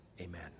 Amen